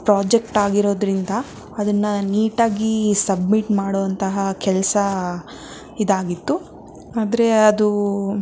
project ಆಗಿರೋದ್ರಿಂದ ಅದನ್ನು ನೀಟಾಗಿ ಸಬ್ಮಿಟ್ ಮಾಡುವಂತಹ ಕೆಲಸ ಇದಾಗಿತ್ತು ಆದರೆ ಅದು